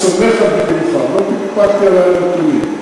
אני סומך על דיווחיו, לא פקפקתי בנתונים.